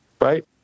right